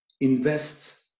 invest